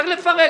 צריך לפרק,